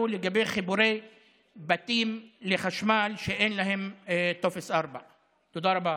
לגבי חיבורים לחשמל של בתים שאין להם טופס 4. תודה רבה,